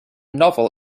novel